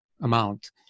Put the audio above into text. amount